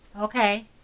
okay